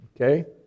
Okay